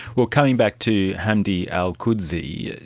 well, coming back to hamdi alqudsi,